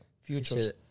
future